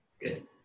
Good